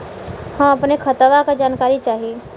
हम अपने खतवा क जानकारी चाही?